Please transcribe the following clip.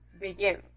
begins